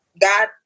God